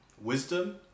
Wisdom